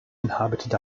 inhabited